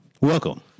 Welcome